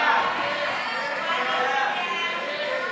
להחזיר את הצעת חוק לתיקון דיני הרשויות המקומיות